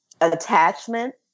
attachment